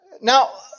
Now